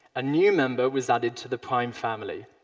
a new member was added to the prime family.